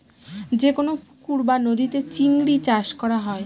যেকোনো পুকুর বা নদীতে চিংড়ি চাষ করা হয়